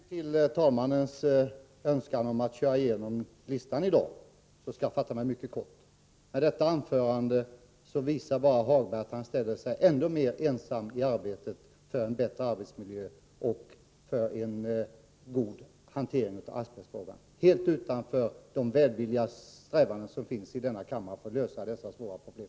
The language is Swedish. Herr talman! Med hänsyn till talmannens önskan om att köra igenom listan i dag skall jag fatta mig mycket kort. Med sitt anförande visar herr Hagberg att han står ännu mer ensam vad gäller arbetet för en bättre arbetsmiljö och för en god hantering av asbestfrågan, helt utanför de strävanden som finns i denna kammare för att lösa dessa svåra problem.